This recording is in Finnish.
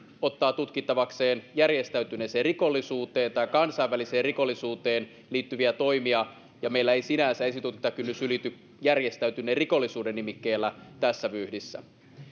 ottaa tutkittavakseen järjestäytyneeseen rikollisuuteen tai kansainväliseen rikollisuuteen liittyviä toimia ja meillä ei sinänsä esitutkintakynnys ylity järjestäytyneen rikollisuuden nimikkeellä tässä vyyhdissä